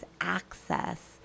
access